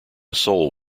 sole